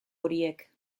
horiek